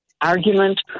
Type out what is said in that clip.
argument